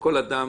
וכל אדם